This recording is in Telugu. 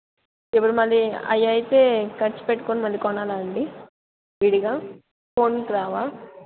ఇప్పుడు మళ్ళీ అవి అయితే ఖర్చు పెట్టుకోని మళ్ళీ కొనాల అండి విడిగా ఫోన్కి రావా